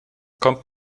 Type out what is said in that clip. kommt